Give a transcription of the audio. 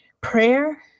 prayer